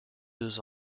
deux